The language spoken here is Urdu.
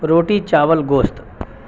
روٹی چاول گوشت